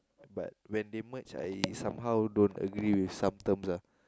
but when they merge I somehow don't agree with some terms ah